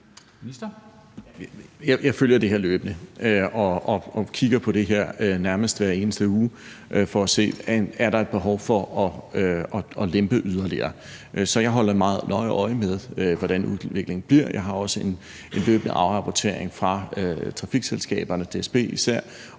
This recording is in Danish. Jeg følger det her løbende og kigger på det nærmest hver eneste uge for at se, om der er et behov for at lempe yderligere. Så jeg holder meget nøje øje med, hvordan udviklingen er. Jeg får også en løbende afrapportering fra trafikselskaberne, især